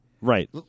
Right